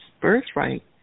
birthright